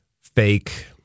Fake